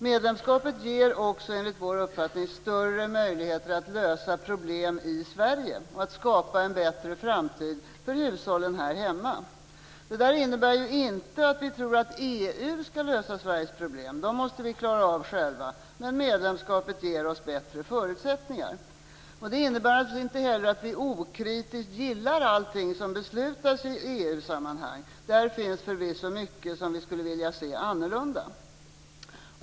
Medlemskapet ger, enligt vår mening, också större möjligheter att lösa problem i Sverige och att skapa en bättre framtid för hushållen här hemma. Det innebär inte att vi tror att EU skall lösa Sveriges problem. Dessa måste vi själva klara av, men medlemskapet ger oss bättre förutsättningar. Det innebär inte heller att vi okritiskt gillar allting som beslutas i EU-sammanhang. Där finns det förvisso mycket som vi skulle vilja se var annorlunda.